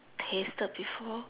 tasted before